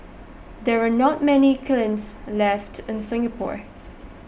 there are not many kilns left in Singapore